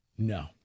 No